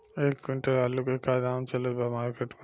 एक क्विंटल आलू के का दाम चलत बा मार्केट मे?